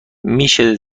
میشه